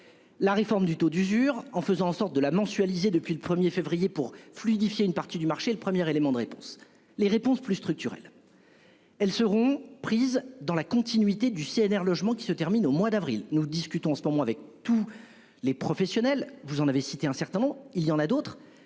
La réforme du taux d'usure en faisant en sorte de la mensualisé depuis le 1er février pour fluidifier une partie du marché. Le premier élément de réponse. Les réponses plus structurelles. Elles seront prises dans la continuité du CNR logements qui se termine au mois d'avril, nous discutons en ce moment, avec tous les professionnels, vous en avez cité un certain temps, il y en a d'autres